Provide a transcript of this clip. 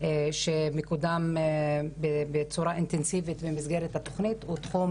שמקודם בצורה אינטנסיבית במסגרת התוכנית הוא תחום